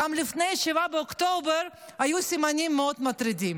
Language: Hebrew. גם לפני 7 באוקטובר היו סימנים מאוד מטרידים